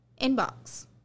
inbox